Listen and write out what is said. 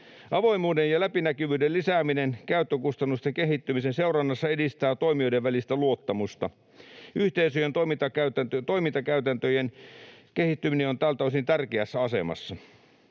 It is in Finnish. Avoimuuden ja läpinäkyvyyden lisääminen käyttökustannusten kehittymisen seurannassa edistää toimijoiden välistä luottamusta. Yhteisöjen toimintakäytäntöjen kehittyminen on tältä osin tärkeässä asemassa.